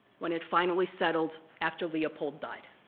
when it finally settled after leopold died.